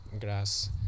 grass